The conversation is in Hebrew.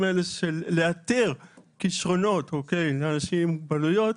האלה של לאתר כישרונות בקרב אנשים עם מוגבלויות.